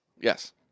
Yes